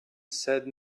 said